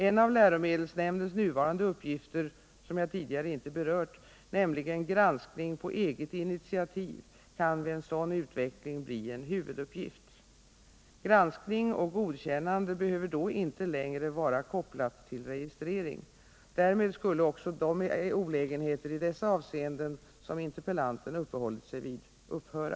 En av läromedelsnämndens nuvarande uppgifter som jag tidigare inte berört, nämligen granskning på eget initiativ, kan vid en sådan utveckling bli en huvuduppgift. Granskning och godkännande behöver då inte längre vara kopplat till registrering. Därmed skulle också de olägenheter i dessa avseenden, som interpellanten uppehållit sig vid, upphöra.